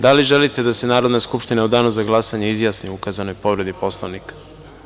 Da li želite da se Narodna skupština u danu za glasanje izjasni o ukazanoj povredi Poslovnika?